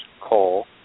coal